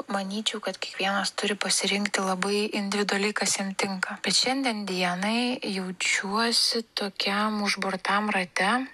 manyčiau kad kiekvienas turi pasirinkti labai individualiai kas jam tinka bet šiandien dienai jaučiuosi tokiam užburtam rate